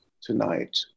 tonight